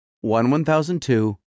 one-one-thousand-two